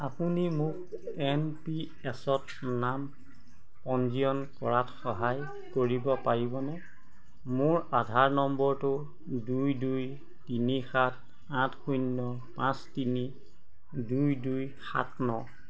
আপুনি মোক N P এছত নাম পঞ্জীয়ন কৰাত সহায় কৰিব পাৰিবনে মোৰ আধাৰ নম্বৰটো দুই দুই তিনি সাত আঠ শূন্য পাঁচ তিনি দুই দুই সাত ন